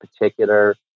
particular